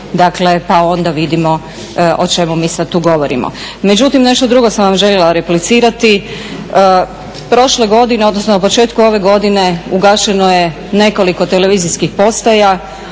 Dakle, pa onda vidimo o čemu mi sad tu govorimo. Međutim, nešto drugo sam vam željela replicirati, prošle godine, odnosno na početku ove godine ugašeno je nekoliko televizijskih postaja,